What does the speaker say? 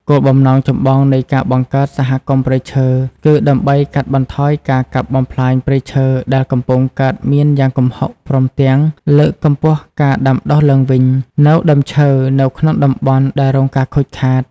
គោលបំណងចម្បងនៃការបង្កើតសហគមន៍ព្រៃឈើគឺ ដើម្បីកាត់បន្ថយការកាប់បំផ្លាញព្រៃឈើដែលកំពុងកើតមានយ៉ាងគំហុក ព្រមទាំង លើកកម្ពស់ការដាំដុះឡើងវិញ នូវដើមឈើនៅក្នុងតំបន់ដែលរងការខូចខាត។